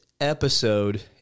episode